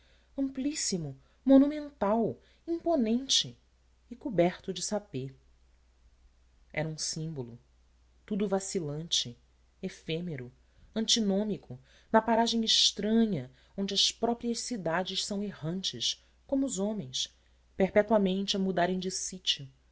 amplíssimo monumental imponente e coberto de sapê era um símbolo tudo vacilante efêmero antinômico na paragem estranha onde as próprias cidades são errantes como os homens perpetuamente a mudarem de